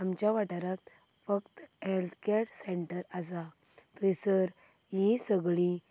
आमच्या वाठारांत फकत हेल्थ कॅर सेंटर आसात थंयसर हीं सगळीं